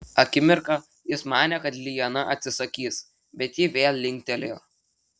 akimirką jis manė kad liana atsisakys bet ji vėl linktelėjo